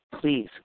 please